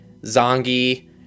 Zongi